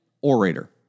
orator